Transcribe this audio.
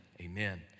amen